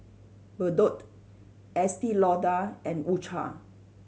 Bardot Estee Lauder and U Cha